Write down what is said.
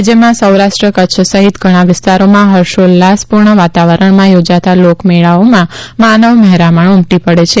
રાજ્યમાં સૌરાષ્ટ્ર કચ્છ સહિત ઘણાં વિસ્તારોમાં હર્ષોલ્લાસ પૂર્ણ વાતાવરણમાં યોજાતા લોક મેળાઓમાં માનવ મહેરામણ ઉમટી પડે છે